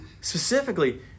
Specifically